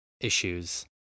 issues